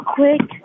quick